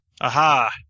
Aha